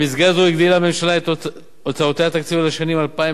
במסגרת זו הגדילה הממשלה את הוצאותיה התקציביות לשנים 2011